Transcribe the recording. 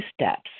steps